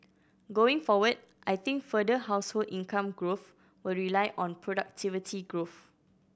going forward I think further household income growth will rely on productivity growth